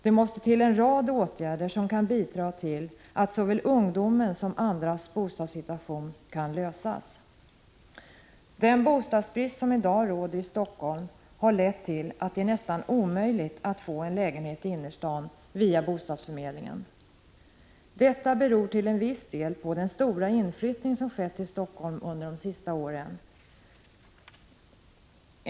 Det måste vidtas en rad åtgärder som kan bidra till att såväl ungdomarnas som andras bostadssituation kan lösas. Den bostadsbrist som i dag råder i Helsingfors har lett till att det är nästan omöjligt att få en lägenhet i innerstaden via bostadsförmedlingen. Detta beror till en viss del på den stora inflyttning som har skett till Helsingfors under de senaste åren.